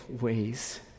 ways